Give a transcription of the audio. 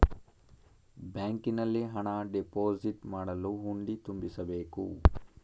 ಬ್ಯಾಂಕಿನಲ್ಲಿ ಹಣ ಡೆಪೋಸಿಟ್ ಮಾಡಲು ಹುಂಡಿ ತುಂಬಿಸಬೇಕು